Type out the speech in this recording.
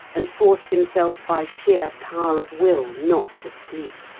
and forced himself by sheer power of will not to sleep.